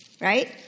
right